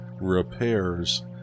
repairs